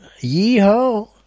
Yeehaw